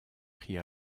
prit